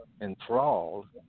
enthralled